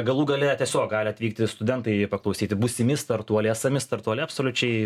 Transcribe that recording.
galų gale tiesiog gali atvykti studentai paklausyti būsimi startuoliai esami startuoliai absoliučiai